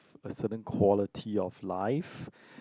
a certain quality of life